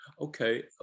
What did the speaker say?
okay